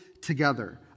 together